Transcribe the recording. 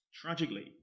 Tragically